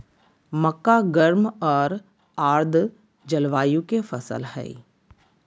मक्का गर्म आर आर्द जलवायु के फसल हइ